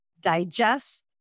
digest